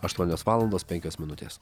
aštuonios valandos penkios minutės